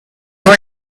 were